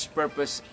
purpose